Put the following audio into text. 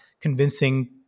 convincing